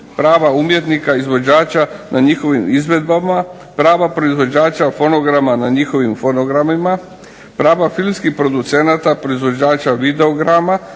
prava umjetnika, izvođača na njihovim izvedbama, prava proizvođača fonograma na njihovim fonogramima, prava filmskih producenata proizvođača videograma